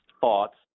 thoughts